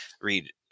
read